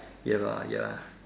ya lah ya